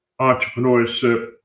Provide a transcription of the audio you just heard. entrepreneurship